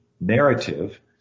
narrative